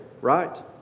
right